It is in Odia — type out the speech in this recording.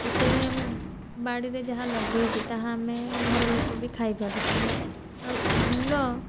ସେଥିପାଇଁ ଆମେ ବାଡ଼ିରେ ଯାହା ଲଗାଇଛେ ଯାହା ଆମେ ଘର ଲୋକ ବି ଖାଇପାରୁଛୁ ଆଉ ଫୁଲ